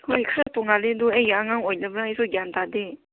ꯍꯣꯏ ꯈꯔ ꯇꯣꯉꯥꯜꯂꯤ ꯑꯗꯨ ꯑꯩꯒꯤ ꯑꯉꯥꯡ ꯑꯣꯏꯗꯕ꯭ꯔꯥ ꯍꯥꯏꯁꯨ ꯒ꯭ꯌꯥꯟ ꯇꯥꯗꯦ